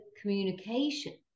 communication